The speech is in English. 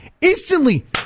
instantly